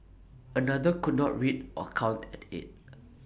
another could not read or count at eight